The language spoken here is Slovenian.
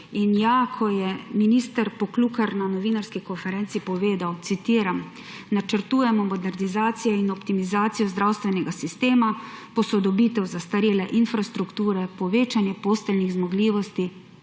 amortizirane. Minister Poklukar je na novinarski konferenci povedal, citiram: »Načrtujemo modernizacijo in optimizacijo zdravstvenega sistema, posodobitev zastarele infrastrukture, povečanje posteljnih zmogljivosti,